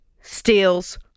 steals